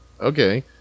okay